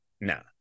No